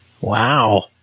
Wow